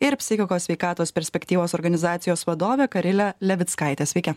ir psichikos sveikatos perspektyvos organizacijos vadove karile levickaite sveiki